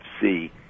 see